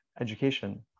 education